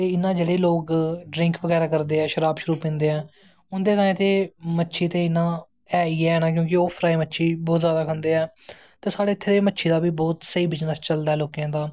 ते इयां जेह्ड़े लोग ड्रिंक बगैरा करदे ऐं शराब शरूब पींदे ऐं उंदे तांई ते मच्छी ते इयां है ही ऐ ना कि के ओह् फ्राई मच्छी बौह्त जादा खंदे ऐंते साढ़े इत्थें बौह्त स्हेी बिज़नस चलदा मच्छछी दा